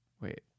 Wait